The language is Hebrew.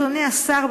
אדוני השר,